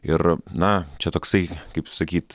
ir na čia toksai kaip sakyt